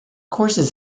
courses